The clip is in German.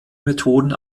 methoden